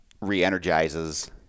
re-energizes